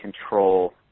control